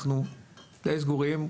אנחנו די סגורים,